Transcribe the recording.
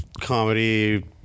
comedy